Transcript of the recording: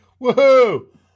Woohoo